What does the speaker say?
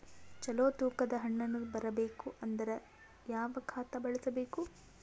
ಚಲೋ ತೂಕ ದ ಹಣ್ಣನ್ನು ಬರಬೇಕು ಅಂದರ ಯಾವ ಖಾತಾ ಬಳಸಬೇಕು?